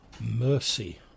mercy